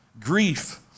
grief